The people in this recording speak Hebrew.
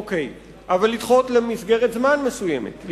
אוקיי, אבל לדחות למסגרת זמן מסוימת.